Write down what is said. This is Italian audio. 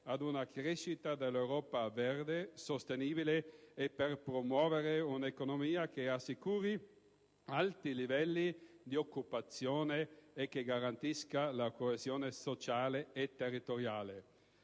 ad una crescita dell'Europa verde sostenibile e per promuovere un'economia che assicuri alti livelli di occupazione e garantisca la coesione sociale e territoriale.